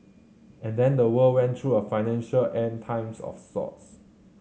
and then the world went through a financial End Times of sorts